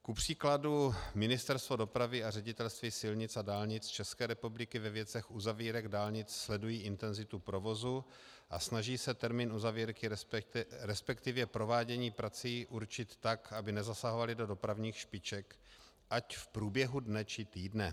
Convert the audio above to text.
Kupříkladu Ministerstvo dopravy a Ředitelství silnic a dálnic České republiky ve věcech uzavírek dálnic sledují intenzitu provozu a snaží se termín uzavírky, resp. provádění prací určit tak, aby nezasahovaly do dopravních špiček, ať v průběhu dne, či týdne.